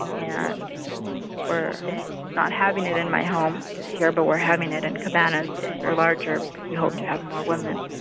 and we're not having it in my home this year, but we're having it in cabanas because they're larger, because we hope to have more women